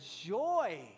joy